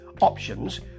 options